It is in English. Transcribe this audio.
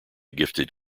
gifted